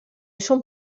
són